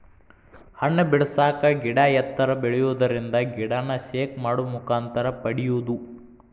ಹಣ್ಣ ಬಿಡಸಾಕ ಗಿಡಾ ಎತ್ತರ ಬೆಳಿಯುದರಿಂದ ಗಿಡಾನ ಶೇಕ್ ಮಾಡು ಮುಖಾಂತರ ಪಡಿಯುದು